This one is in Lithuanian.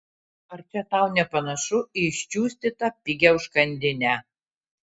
ar čia tau nepanašu į iščiustytą pigią užkandinę